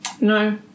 no